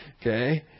Okay